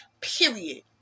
period